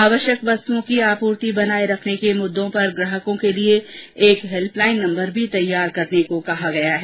आवश्यक वस्तुओं की आपूर्ति बनाए रखने के मुद्दों पर ग्राहकों के लिए एक हेल्प लाइन नंबर भी तैयार करने को कहा गया है